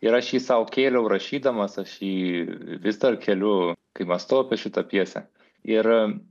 ir aš jį sau kėliau rašydamas aš jį vis dar keliu kai mąstau apie šitą pjesę ir